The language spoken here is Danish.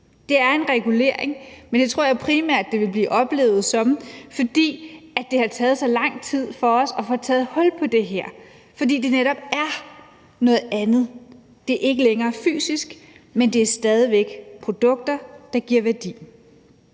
Det er en regulering, men jeg tror primært, det vil blive oplevet sådan, fordi det har taget så lang tid for os at få taget hul på det her, og fordi det netop er noget andet. Det er ikke længere fysisk, men det er stadig væk produkter, der giver værdi.